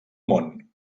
món